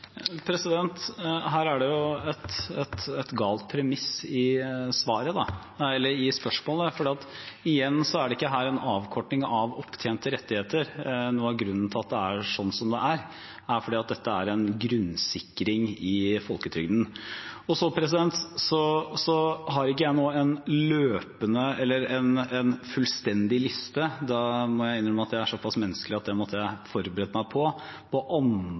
Her er det et galt premiss i spørsmålet, for – igjen – det er ikke her en avkorting av opptjente rettigheter. Noe av grunnen til at det er sånn som det er, er at dette er en grunnsikring i folketrygden. Så har ikke jeg nå en fullstendig liste – jeg må innrømme at jeg er såpass menneskelig at det måtte jeg forberedt meg på